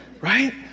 Right